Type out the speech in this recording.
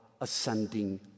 ascending